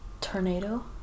tornado